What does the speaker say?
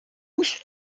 puść